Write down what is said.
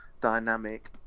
dynamic